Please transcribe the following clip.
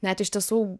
net iš tiesų